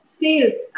sales